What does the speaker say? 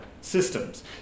systems